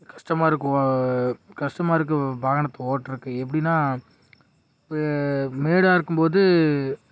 கஸ்டமாக இருக்கும் கஸ்டமாக இருக்கும் வாகனத்தை ஓட்டுறக்கு எப்படின்னா இப்போ மேடாக இருக்கும்போது